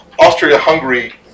Austria-Hungary